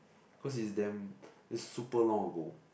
cause it's damn it's super long ago